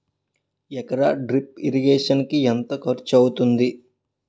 ఎకర drip irrigation కి ఎంత ఖర్చు అవుతుంది?